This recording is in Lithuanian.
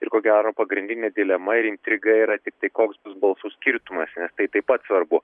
ir ko gero pagrindinė dilema ir intriga yra tiktai koks bus balsų skirtumas nes tai taip pat svarbu